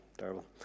Terrible